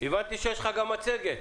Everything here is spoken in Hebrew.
הבנתי שיש לך מצגת.